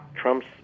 Trump's